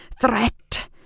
Threat